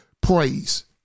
praise